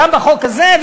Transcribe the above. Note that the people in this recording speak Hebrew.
גם בחוק הזה,